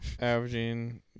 averaging